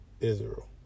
Israel